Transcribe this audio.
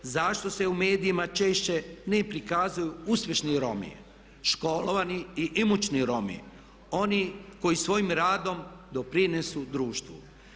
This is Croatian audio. Zašto se u medijima češće ne prikazuju uspješni Romi, školovani i imućni Romi oni koji svojim radom doprinose društvu.